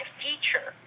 feature